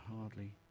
hardly